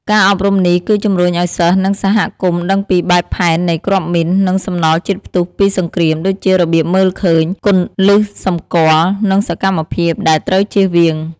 ការអប់រំនេះគឺជំរុញឲ្យសិស្សនិងសហគមន៍ដឹងពីបែបផែននៃគ្រាប់មីន និងសំណល់ជាតិផ្ទុះពីសង្គ្រាម ដូចជារបៀបមើលឃើញ គន្លឹះសម្គាល់ និងសកម្មភាពដែលត្រូវចៀសវាង។